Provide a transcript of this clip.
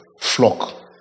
flock